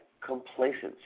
complacency